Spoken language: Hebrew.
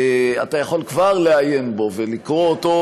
אתה יכול כבר לעיין בו ולקרוא אותו,